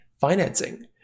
financing